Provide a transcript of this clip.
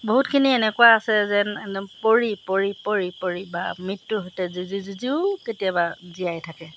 বহুতখিনি এনেকুৱা আছে যেন একদম পৰি পৰি পৰি পৰি বা মৃত্যুৰ সৈতে যুঁজি যুঁজিও কেতিয়াবা জীয়াই থাকে